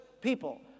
people